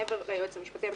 מעבר ליועץ המשפטי לממשלה,